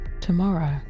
tomorrow